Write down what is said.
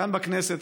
כאן בכנסת,